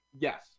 Yes